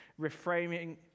reframing